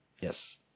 Yes